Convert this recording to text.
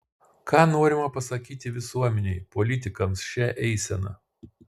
ką norima pasakyti visuomenei politikams šia eisena